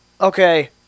okay